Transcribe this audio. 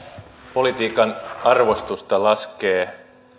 politiikan arvostusta laskee